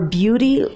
beauty